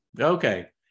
Okay